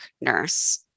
nurse